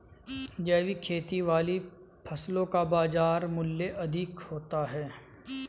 जैविक खेती वाली फसलों का बाजार मूल्य अधिक होता है